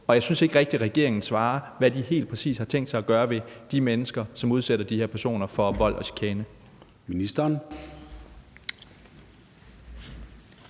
og jeg synes ikke rigtig, regeringen svarer på, hvad de helt præcis har tænkt sig at gøre ved de mennesker, som udsætter de her personer for vold og chikane.